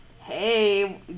Hey